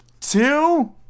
two